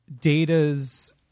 Data's